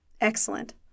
Excellent